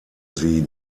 sie